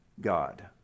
God